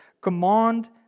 command